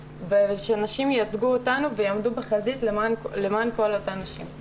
ושנשים ייצגו אותנו ויעמדו בחזית למען כל אותן נשים.